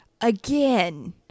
again